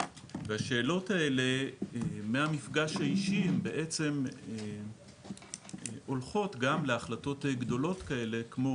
השאלות האלו מהמפגש האישי הן בעצם הולכות גם להחלטות גדולות כאלו כמו